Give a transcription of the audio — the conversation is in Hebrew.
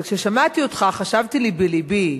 אבל כששמעתי אותך חשבתי לי בלבי,